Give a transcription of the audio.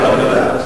אני יודע.